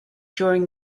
during